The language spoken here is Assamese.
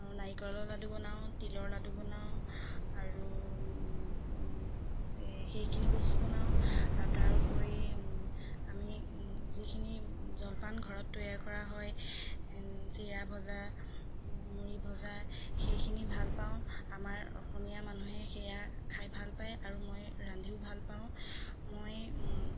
নাৰিকলৰ লাডু বনাওঁ তিলৰ লাডু বনাওঁ আৰু সেইখিনি বস্তু বনাওঁ আও তাৰ উপৰি আমি যিখিনি জলপান ঘৰত তৈয়াৰ কৰা হয় চিৰা ভজা মুৰি ভজা সেইখিনি ভাল পাওঁ আমাৰ অসমীয়া মানুহে সেয়া খাই ভাল পায় আৰু মই ৰান্ধিও ভাল পাওঁ মই